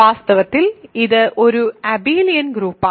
വാസ്തവത്തിൽ ഇത് ഒരു അബെലിയൻ ഗ്രൂപ്പാണ്